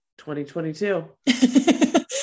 2022